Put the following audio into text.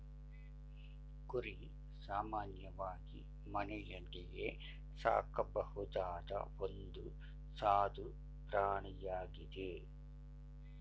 ಕುರಿ ಸಾಮಾನ್ಯವಾಗಿ ಮನೆಯಲ್ಲೇ ಸಾಕಬಹುದಾದ ಒಂದು ಸಾದು ಪ್ರಾಣಿಯಾಗಿದೆ